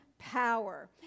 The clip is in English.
Power